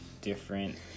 different